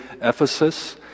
Ephesus